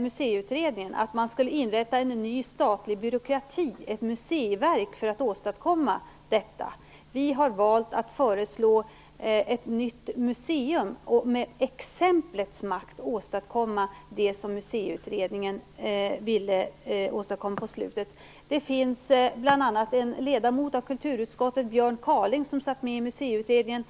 Museiutredningen att det skulle inrättas en ny statlig byråkrati, ett museiverk, för att åstadkomma detta. Vi har valt att föreslå ett nytt museum och att med exemplets makt åstadkomma det som Museiutredningen ville åstadkomma. En ledamot i kulturutskottet, Björn Kaaling, satt med i Museiutredningen.